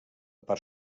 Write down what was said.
part